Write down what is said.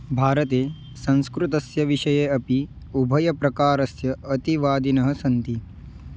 भारते संस्कृतस्य विषये अपि उभयप्रकारस्य अतिवादिनः सन्ति